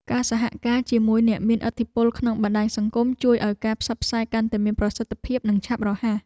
ការសហការជាមួយអ្នកមានឥទ្ធិពលក្នុងបណ្តាញសង្គមជួយឱ្យការផ្សព្វផ្សាយកាន់តែមានប្រសិទ្ធភាពនិងឆាប់រហ័ស។